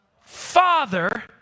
Father